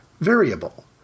variable